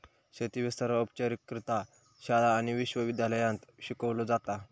शेती विस्तार औपचारिकरित्या शाळा आणि विश्व विद्यालयांत शिकवलो जाता